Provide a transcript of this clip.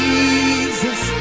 Jesus